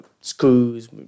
screws